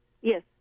Yes